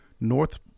north